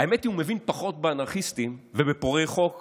האמת, הוא מבין פחות באנרכיסטים ובפורעי חוק